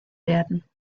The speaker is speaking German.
werden